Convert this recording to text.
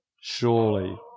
Surely